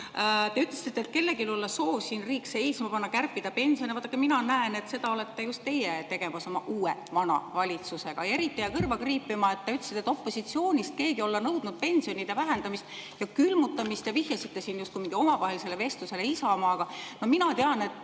Te ütlesite, et kellelgi olla soov riik seisma panna, kärpida pensione. Vaadake, mina näen, et seda olete tegemas just teie oma uue vana valitsusega. Eriti jäi kõrva kriipima, kui te ütlesite, et keegi opositsioonist olla nõudnud pensionide vähendamist ja külmutamist, ja vihjasite siin justkui mingile omavahelisele vestlusele Isamaaga. Mina tean, et